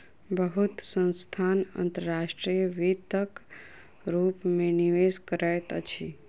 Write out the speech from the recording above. बहुत संस्थान अंतर्राष्ट्रीय वित्तक रूप में निवेश करैत अछि